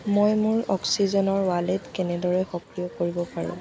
মই মোৰ অক্সিজেনৰ ৱালেট কেনেদৰে সক্ৰিয় কৰিব পাৰোঁ